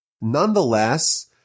Nonetheless